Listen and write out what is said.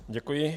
Děkuji.